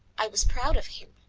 i was proud of him.